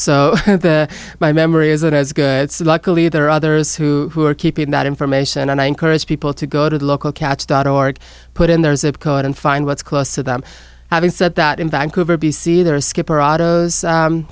so the my memory isn't as good so luckily there are others who are keeping that information and i encourage people to go to the local cats dot org put in their zip code and find what's close to them having said that in vancouver